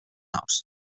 naus